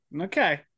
okay